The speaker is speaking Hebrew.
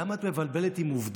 למה את מבלבלת עם עובדות?